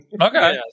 Okay